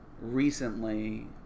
recently